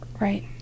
Right